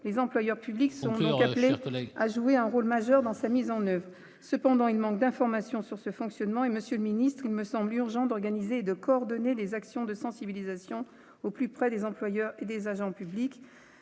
les employeurs publics sont appelés à jouer un rôle majeur dans sa mise en oeuvre, cependant il manque d'informations sur ce fonctionnement et monsieur le ministre, il me semble urgent d'organiser, de coordonner les actions de sensibilisation au plus près des employeurs et des agents publics